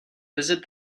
visit